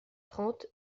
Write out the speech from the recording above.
trente